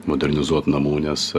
modernizuot namų nes